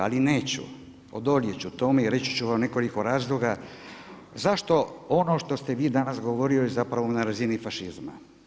Ali neću, odoljet ću tome i reći ću vam nekoliko razloga zašto ono što ste vi danas govorio zapravo na razini fašizma.